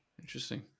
interesting